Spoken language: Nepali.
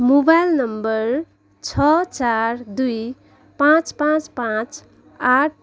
मोबाइल नम्बर छ चार दुई पाँच पाँच पाँच आठ